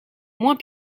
moins